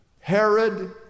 Herod